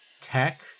tech